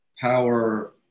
power